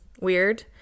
weird